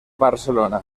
barcelona